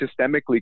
systemically